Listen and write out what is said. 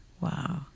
wow